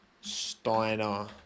Steiner